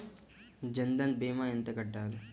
జన్ధన్ భీమా ఎంత కట్టాలి?